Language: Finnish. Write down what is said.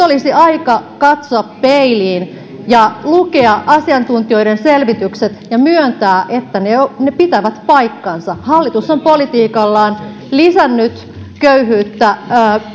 olisi aika katsoa peiliin ja lukea asiantuntijoiden selvitykset ja myöntää että ne ne pitävät paikkansa hallitus on politiikallaan lisännyt köyhyyttä